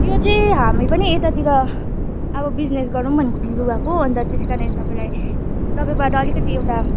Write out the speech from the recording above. त्यो चाहिँ हामी पनि यतातिर अब बिजनेस गरौँ भनेको लुगाको अन्त त्यसै कारण तपाईँलाई तपाईँबाट अलिकति एउटा